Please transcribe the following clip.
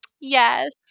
Yes